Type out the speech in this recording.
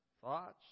thoughts